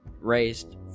raised